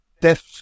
death